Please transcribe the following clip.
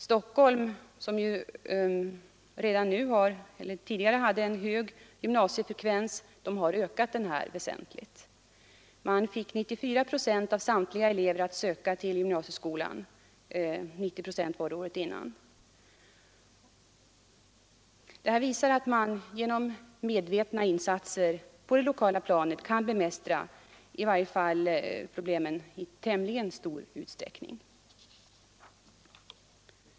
Stockholm, som redan tidigare hade en hög gymnasiefrekvens, har ökat den väsentligt. Man fick 94 procent av samtliga elever att söka till gymnasieskolan mot 90 procent året innan. Detta visar att man genom medvetna insatser på det lokala planet kan bemästra problemen, i varje fall i tämligen stor utsträckning.